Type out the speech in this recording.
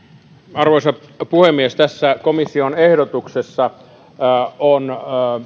arvoisa puhemies tässä komission ehdotuksessa on